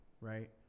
right